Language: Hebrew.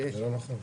זה לא נכון.